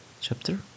chapter